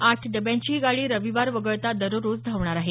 आठ डब्यांची ही गाडी रविवार वगळता दररोज धावणार आहे